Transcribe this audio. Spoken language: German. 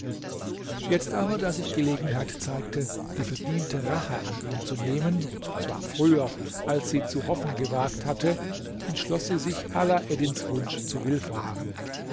jetzt aber da sich gelegenheit zeigte die verdiente rache an ihm zu nehmen und zwar früher als sie zu hoffen gewagt hatte entschloß sie sich alaeddins wunsch zu